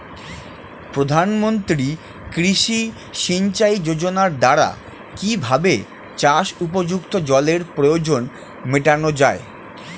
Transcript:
প্রধানমন্ত্রী কৃষি সিঞ্চাই যোজনার দ্বারা কিভাবে চাষ উপযুক্ত জলের প্রয়োজন মেটানো য়ায়?